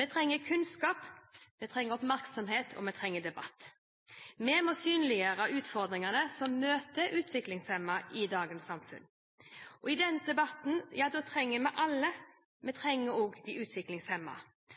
Vi trenger kunnskap, vi trenger oppmerksomhet, og vi trenger debatt. Vi må synliggjøre utfordringene som møter utviklingshemmede i dagens samfunn. I denne debatten trenger vi alle, vi trenger også de